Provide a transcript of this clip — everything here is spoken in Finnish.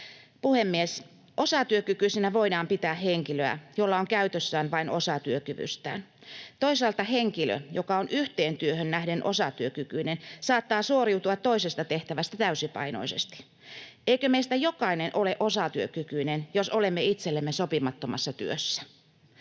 Puhemies! Osatyökykyisenä voidaan pitää henkilöä, jolla on käytössään vain osa työkyvystään. Toisaalta henkilö, joka on yhteen työhön nähden osatyökykyinen, saattaa suoriutua toisesta tehtävästä täysipainoisesti. Eikö meistä jokainen ole osatyökykyinen, jos olemme itsellemme sopimattomassa työssä?